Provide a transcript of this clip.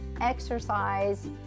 exercise